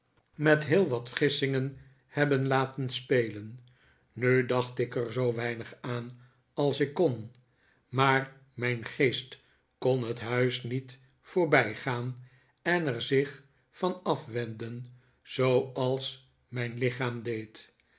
met heel wat gissingen hebben laten spelen nu dacht ik er zoo weinig aan als ik kon maar mijn geest kon het huis niet voorbijgaan en er zich van afwenden zooals mijn lichaam deed